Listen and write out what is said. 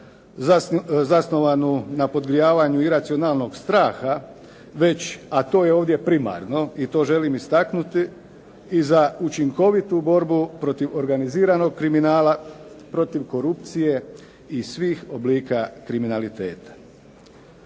zasnovanu na podgrijavanju iracionalnog straha već, a to je ovdje primarno i to želim istaknuti, i za učinkovitu borbu protiv organiziranog kriminala, protiv korupcije i svih oblik kriminaliteta.